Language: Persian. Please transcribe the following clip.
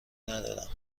ندارم